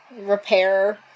repair